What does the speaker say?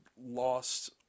lost